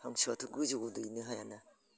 हांसोआथ' गोजौआव दैनो हायाना